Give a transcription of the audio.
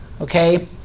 okay